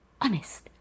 Honest